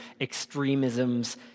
extremisms